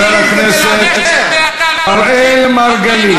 חבר הכנסת אראל מרגלית,